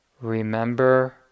remember